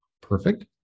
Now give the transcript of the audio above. Perfect